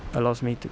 allows me to